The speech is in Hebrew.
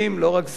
לא רק זה,